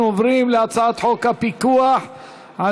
אנחנו עוברים להצעת חוק הפיקוח על